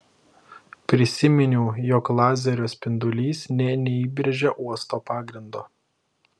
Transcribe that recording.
prisiminiau jog lazerio spindulys nė neįbrėžė uosto pagrindo